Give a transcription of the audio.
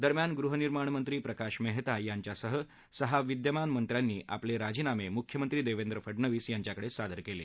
दरम्यान गृहनिर्माण मंत्री प्रकाश मेहता यांच्यासह सहा विद्यमान मंत्र्यांनी आपले राजीनामे मुख्यमंत्री देवेंद्र फडणवीस यांच्याकडे सादर केले